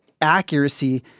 accuracy